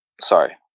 sorry